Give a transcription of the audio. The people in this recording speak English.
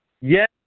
Yes